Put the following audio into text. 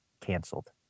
canceled